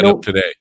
today